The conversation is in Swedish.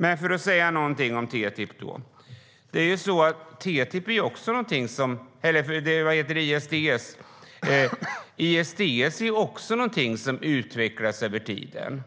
Jag ska säga någonting om TTIP och ISDS. ISDS är någonting som utvecklas över tiden.